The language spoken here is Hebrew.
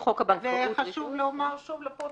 חשוב לומר שוב לפרוטוקול,